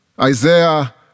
Isaiah